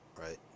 right